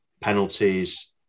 penalties